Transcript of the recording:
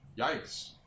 Yikes